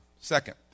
Second